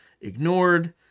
ignored